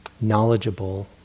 knowledgeable